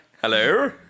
Hello